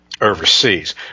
overseas